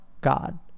God